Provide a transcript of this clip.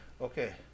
Okay